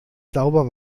sauber